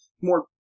more